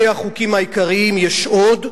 אלה החוקים העיקריים, יש עוד,